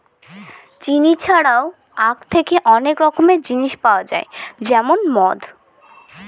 চিনি ছাড়াও আঁখ থেকে অনেক রকমের জিনিস পাওয়া যায় যেমন মদ